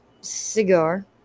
cigar